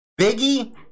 Biggie